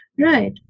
right